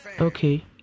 Okay